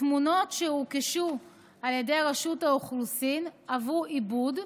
התמונות שהורכשו על ידי רשות האוכלוסין עברו עיבוד,